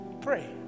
Pray